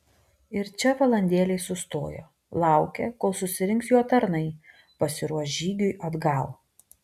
ir čia valandėlei sustojo laukė kol susirinks jo tarnai pasiruoš žygiui atgal